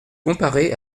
comparer